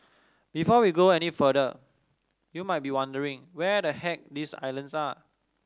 before we go on any further you might be wondering where the heck these islands are